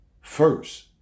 first